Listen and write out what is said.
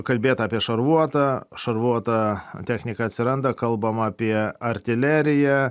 kalbėta apie šarvuotą šarvuota technika atsiranda kalbam apie artileriją